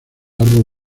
árbol